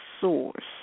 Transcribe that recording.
source